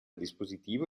dispositivo